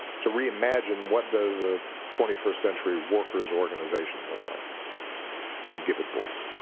to reimagine what does a twenty first century workers' organization look like and give it voice.